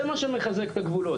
זה מה שמחזק את הגבולות,